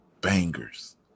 bangers